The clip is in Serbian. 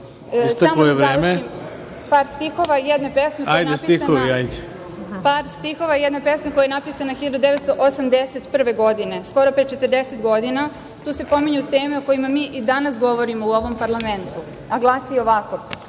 isteklo je vreme.)…..par stihova jedne pesme koja je napisana 1981. godine skoro pre 40 godina. Tu se pominju teme o kojima mi i danas govorimo u ovom parlamentu. A glasi ovako,